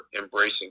embracing